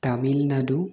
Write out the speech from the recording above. Tamil Nadu